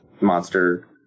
monster